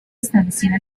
establecida